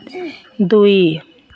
दुई